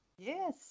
Yes